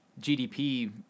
GDP